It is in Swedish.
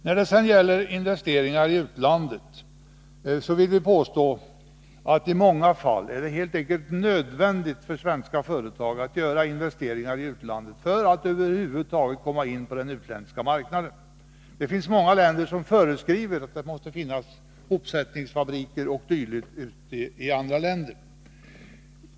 När det gäller investeringar i utlandet vill vi påstå att det i många fall helt enkelt är nödvändigt för svenska företag att göra investeringar i utlandet för att de över huvud taget skall kunna komma in på den utländska marknaden. Många länder föreskriver att det hos dem måste finnas hopsättningsfabriker o. d.